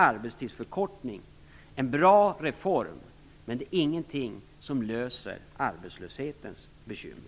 Arbetstidsförkortning är en bra reform, men det är ingenting som löser arbetslöshetens bekymmer.